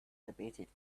debated